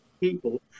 people